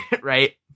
right